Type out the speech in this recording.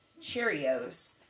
Cheerios